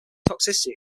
toxicity